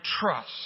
trust